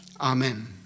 Amen